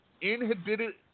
inhibited